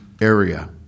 area